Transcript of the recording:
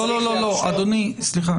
צריך לאפשר --- לא, אדוני, סליחה.